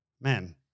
man